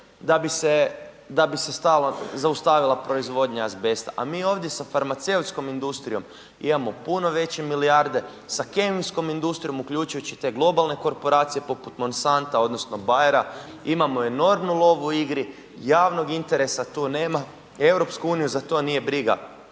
da bi se stalo, zaustavila proizvodnja azbesta. A mi ovdje sa farmaceutskom industrijom imamo puno veće milijarde, sa kemijskom industrijom uključujući i te globalne korporacije poput Monsanta odnosno Bayera, imamo enormnu lovu u igri, javnog interesa tu nema. EU za to nije briga,